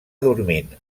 dormint